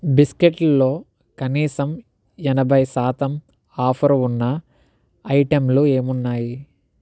బిస్కెట్లలో కనీసం ఎనభై శాతం ఆఫరు ఉన్న ఐటెంలు ఏమున్నాయి